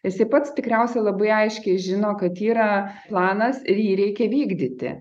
jisai pats tikriausiai labai aiškiai žino kad yra planas ir jį reikia vykdyti